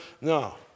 No